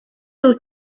due